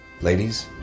Ladies